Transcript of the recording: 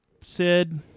Sid